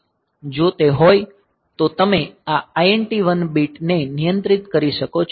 જો તે હોય તો તમે આ IT1 બીટ ને નિયંત્રિત કરી શકો છો